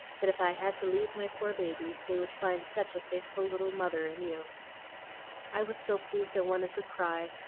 that if i had to leave my poor babies they would find such a faithful little mother in you i was so pleased i wanted to cry,